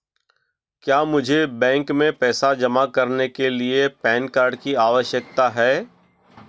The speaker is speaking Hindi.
क्या मुझे बैंक में पैसा जमा करने के लिए पैन कार्ड की आवश्यकता है?